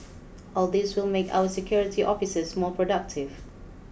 all these will make our security officers more productive